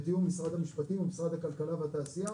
בתיאום משרד המשפטים ומשרד הכלכלה והתעשייה,